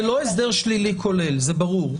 זה לא הסדר שלילי כולל, זה ברור.